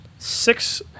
Six